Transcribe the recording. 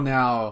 now